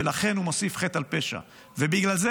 ולכן הוא מוסיף חטא על פשע.